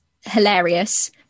hilarious